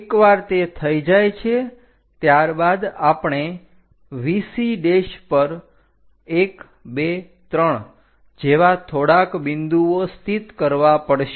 એકવાર તે થઈ જાય છે ત્યારબાદ આપણે VC પર 123 જેવા થોડાક બિંદુઓ સ્થિત કરવા પડશે